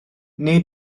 neu